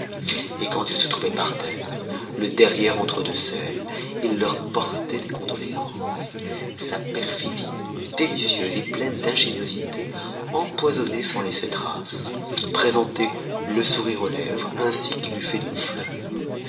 et quand ils se trouvaient par terre le derrière entre deux selles il leur portait des condoléances sa perfidie délicieuse et pleine d'ingéniosité empoisonnait sans laisser trace présentée le sourire aux lèvres ainsi qu'il eût fait d'une fleur